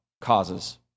causes